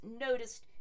noticed